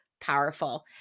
Powerful